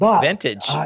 vintage